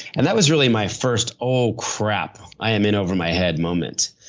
and that was really my first oh crap, i am in over my head moment.